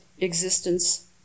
existence